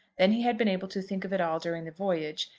then he had been able to think of it all during the voyage,